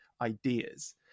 ideas